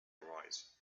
arise